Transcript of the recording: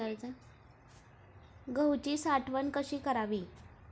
गहूची साठवण कशी करावी?